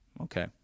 Okay